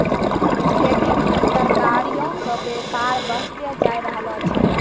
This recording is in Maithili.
जैविक फल, तरकारीयो के व्यापार बढ़तै जाय रहलो छै